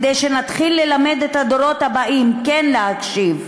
כדי שנתחיל ללמד את הדורות הבאים כן להקשיב,